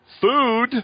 Food